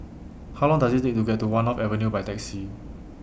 How Long Does IT Take to get to one North Avenue By Taxi